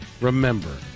remember